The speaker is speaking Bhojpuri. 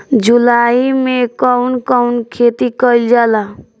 जुलाई मे कउन कउन खेती कईल जाला?